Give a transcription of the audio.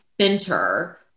center